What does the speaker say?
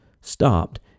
stopped